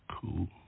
Cool